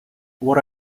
what